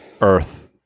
Earth